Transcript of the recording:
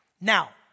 Now